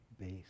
base